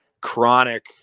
chronic